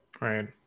Right